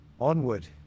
Onward